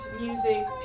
music